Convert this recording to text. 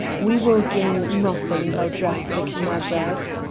we will gain nothing by drastic measures.